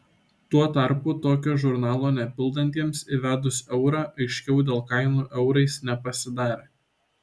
tuo tarpu tokio žurnalo nepildantiems įvedus eurą aiškiau dėl kainų eurais nepasidarė